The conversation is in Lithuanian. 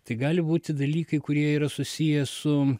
tai gali būti dalykai kurie yra susiję su